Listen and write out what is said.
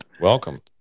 Welcome